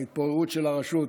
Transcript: ההתפוררות של הרשות,